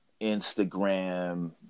Instagram